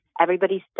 Everybody's